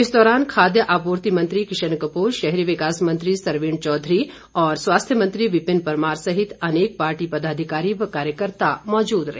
इस दौरान खाद्य आपूर्ति मंत्री किशन कपूर शहरी विकास मंत्री सरवीण चौधरी और स्वास्थ्य मंत्री विपिन परमार सहित अनेक पार्टी पदाधिकारी व कार्यकर्ता मौजूद रहे